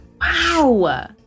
Wow